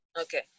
Okay